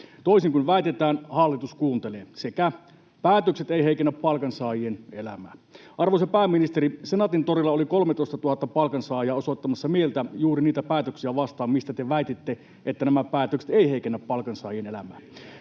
”Toisin kuin väitetään, hallitus kuuntelee.” Sekä: ”Päätökset eivät heikennä palkansaajien elämää.” Arvoisa pääministeri, Senaatintorilla oli 13 000 palkansaajaa osoittamassa mieltä juuri niitä päätöksiä vastaan, mistä te väititte, että nämä päätökset eivät heikennä palkansaajien elämää.